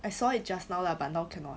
I saw it just now lah but now cannot